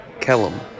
Kellum